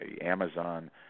Amazon